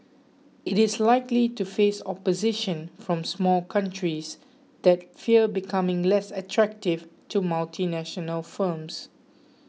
it is likely to face opposition from small countries that fear becoming less attractive to multinational firms